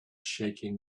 shaking